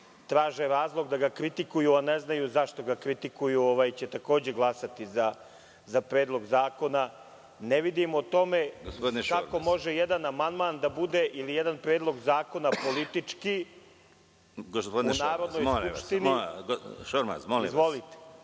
traže razlog da ga kritikuju, a ne znaju zašto ga kritikuju, će takođe glasati za Predlog zakona. Ne vidim kako može jedan amandman ili jedan predlog zakona da bude politički u Narodnoj skupštini.